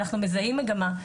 אנחנו מזהים מגמה,